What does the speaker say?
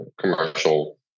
commercial